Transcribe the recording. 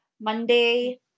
Monday